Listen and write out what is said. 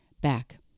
back